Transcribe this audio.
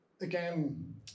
again